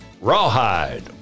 Rawhide